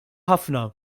ħafna